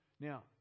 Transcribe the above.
Now